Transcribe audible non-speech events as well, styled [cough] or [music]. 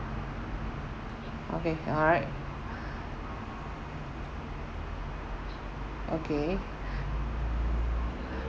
okay alright [breath] okay [breath]